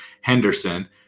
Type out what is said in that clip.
Henderson